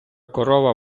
корова